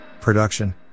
production